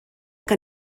que